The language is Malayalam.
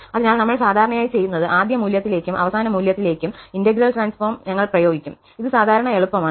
അതിനാൽ നമ്മൾ സാധാരണയായി ചെയ്യുന്നത് ആദ്യ മൂല്യത്തിലേക്കും അവസാന മൂല്യത്തിലേക്കും ഇന്റഗ്രൽ ട്രാൻസ്ഫോം ഞങ്ങൾ പ്രയോഗിക്കും ഇത് സാധാരണ എളുപ്പമാണ്